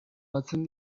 batzen